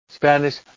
Spanish